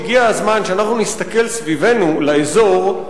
הגיע הזמן שאנחנו נסתכל סביבנו לאזור,